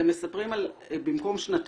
אתם מספרים על במקום שנתיים,